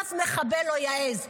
אף מחבל לא יעז.